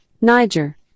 Niger